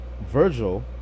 Virgil